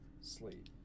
sleep